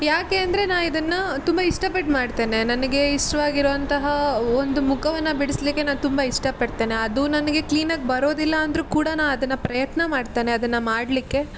ಯಾಕೆ ಅಂದರೆ ನಾ ಇದನ್ನು ತುಂಬ ಇಷ್ಟಪಟ್ಟು ಮಾಡ್ತೇನೆ ನನಗೆ ಇಷ್ಟವಾಗಿರುವಂತಹ ಒಂದು ಮುಖವನ್ನು ಬಿಡಿಸಲಿಕ್ಕೆ ನಾನು ತುಂಬ ಇಷ್ಟಪಡ್ತೇನೆ ಅದು ನನಗೆ ಕ್ಲೀನಾಗಿ ಬರೋದಿಲ್ಲ ಅಂದರು ಕೂಡ ನಾ ಅದನ್ನು ಪ್ರಯತ್ನ ಮಾಡ್ತೇನೆ ಅದನ್ನು ಮಾಡಲಿಕ್ಕೆ